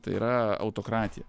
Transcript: tai yra autokratija